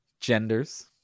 Genders